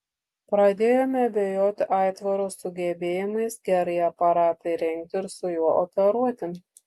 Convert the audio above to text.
pradėjome abejoti aitvaro sugebėjimais gerai aparatą įrengti ir su juo operuoti